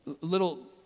little